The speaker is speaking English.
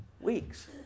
weeks